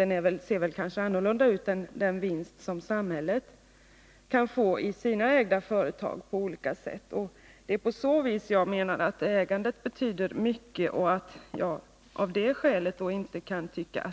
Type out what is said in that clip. Den vinsten kan se annorlunda ut än den samhället på olika sätt kan göra genom sina företag. I den meningen betyder ägandet mycket. Mot den bakgrunden kan jag inte tycka att den aktuella